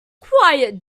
quiet